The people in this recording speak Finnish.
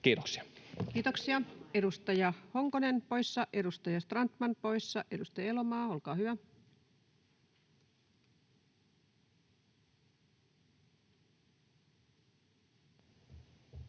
Kiitoksia. Kiitoksia. — Edustaja Honkonen poissa, edustaja Strandman poissa. — Edustaja Elomaa, olkaa hyvä. Arvoisa